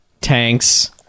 Tanks